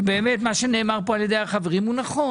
שבאמת, מה שנאמר פה על ידי החברים הוא נכון.